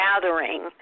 gathering